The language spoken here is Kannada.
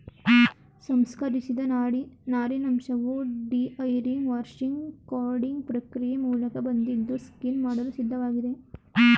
ಸಂಸ್ಕರಿಸಿದ ನಾರಿನಂಶವು ಡಿಹೈರಿಂಗ್ ವಾಷಿಂಗ್ ಕಾರ್ಡಿಂಗ್ ಪ್ರಕ್ರಿಯೆ ಮೂಲಕ ಬಂದಿದ್ದು ಸ್ಪಿನ್ ಮಾಡಲು ಸಿದ್ಧವಾಗಿದೆ